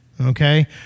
okay